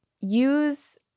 use